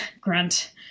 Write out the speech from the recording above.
grunt